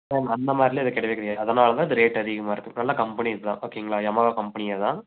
ma'am அந்தமாதிரிலாம் இது கிடையவே கிடையாது அதனால தான் இது ரேட் அதிகமாக இருக்கு நல்ல கம்பெனி இது தான் ஓகேங்களா யமஹா கம்பெனியே தான்